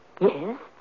Yes